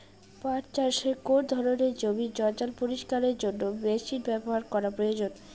পাট চাষে কোন ধরনের জমির জঞ্জাল পরিষ্কারের জন্য মেশিন ব্যবহার করা প্রয়োজন?